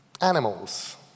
animals